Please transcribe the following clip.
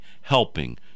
helping